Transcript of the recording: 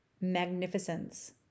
magnificence